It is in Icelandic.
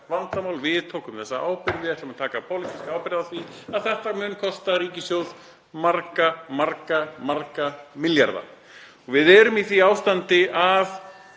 vandamál. Við tókum þessa ábyrgð. Við ætlum að taka pólitíska ábyrgð á því að þetta mun kosta ríkissjóð marga, marga milljarða. Við erum í því ástandi